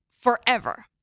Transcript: forever